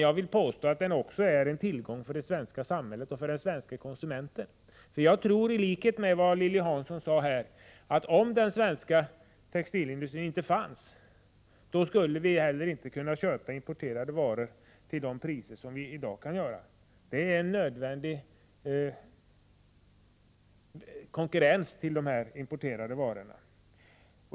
Jag vill påstå att den också är en tillgång för det svenska samhället och för den svenska konsumenten. Jag tror i likhet med Lilly Hansson att om den svenska textilindustrin inte fanns, skulle vi inte heller kunna köpa importerade varor till de priser som råder i dag. Textilindustrin innebär en nödvändig konkurrens till de importerade varorna.